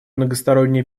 многосторонние